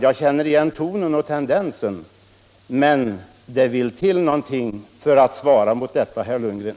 Jag känner igen tonen och tendensen. Men det vill till mycket för att kunna svara mot detta, herr Lundgren.